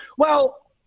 well,